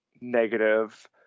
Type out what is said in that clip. negative